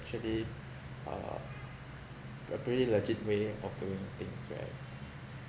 actually uh a pretty legit way of doing things where